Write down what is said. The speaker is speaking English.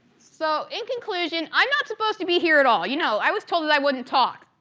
so, in conclusion, i am not supposed to be here at all, you know, i was told that i wouldn't talk.